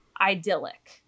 idyllic